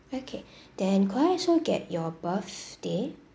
okay then could I also get your birthday